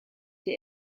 die